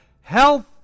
health